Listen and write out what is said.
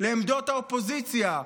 לעמדות האופוזיציה.